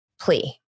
plea